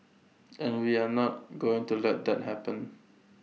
and we are not going to let that happen